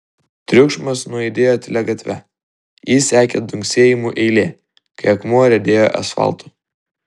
triukšmas nuaidėjo tylia gatve jį sekė dunksėjimų eilė kai akmuo riedėjo asfaltu